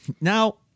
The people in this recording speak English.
Now